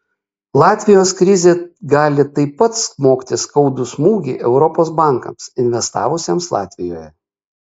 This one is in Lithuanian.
latvijos krizė gali taip pat smogti skaudų smūgį europos bankams investavusiems latvijoje